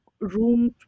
room